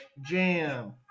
Jam